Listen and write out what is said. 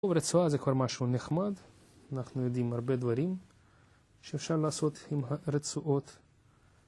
רצועה זה כבר משהו נחמד, אנחנו יודעים הרבה דברים שאפשר לעשות עם הרצועות